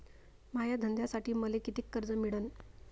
माया धंद्यासाठी मले कितीक कर्ज मिळनं?